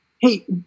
hey